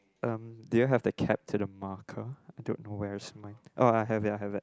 um do you have the cap to the marker I don't know where is mine oh I have it I have it